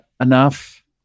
enough